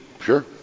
Sure